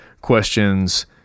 questions